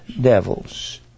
devils